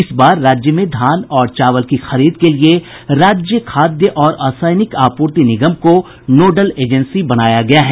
इस बार राज्य में धान और चावल की खरीद के लिये राज्य खाद्य और असैनिक आपूर्ति निगम को नोडल एजेंसी बनाया गया है